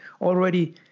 already